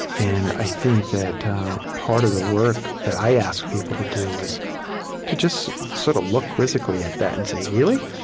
and i think that part of the work that i ask people to do is to just sort of look quizzically at that and say, really?